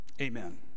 Amen